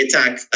attack